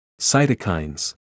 cytokines